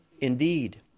indeed